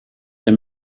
der